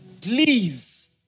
Please